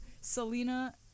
Selena